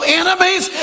enemies